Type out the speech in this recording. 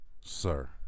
sir